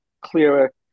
clearer